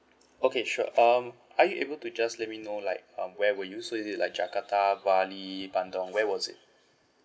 okay sure um are you able to just let me know like um where were you so is it like jakarta bali bandung where was it